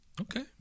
Okay